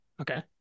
Okay